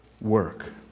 work